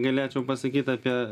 galėčiau pasakyt apie